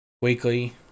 Weekly